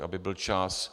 Aby byl čas.